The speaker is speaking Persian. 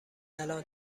الان